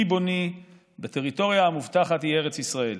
ריבוני בטריטוריה המובטחת, היא ארץ ישראל.